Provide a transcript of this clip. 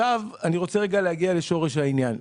אני רוצה להגיע לשורש העניין.